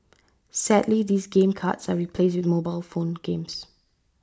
sadly these game cards are replaced with mobile phone games